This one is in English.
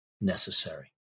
necessary